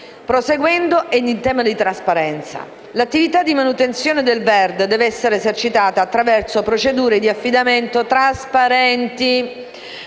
Proseguendo, e in tema di trasparenza, l'attività di manutenzione del verde deve essere esercitata attraverso procedure di affidamento trasparenti,